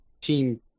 team